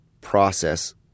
process